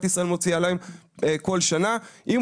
ישראל מוציאה עליהם כל שנה בביטוח לאומי.